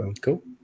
Cool